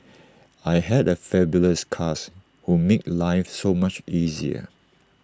I had A fabulous cast who made life so much easier